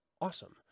awesome